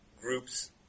groups